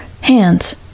hands